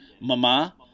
Mama